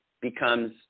becomes